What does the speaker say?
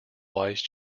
wise